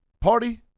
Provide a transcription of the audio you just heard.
party